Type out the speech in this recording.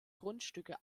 grundstücke